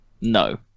No